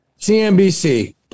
CNBC